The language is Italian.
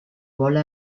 vuole